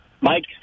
Mike